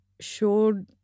showed